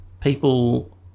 people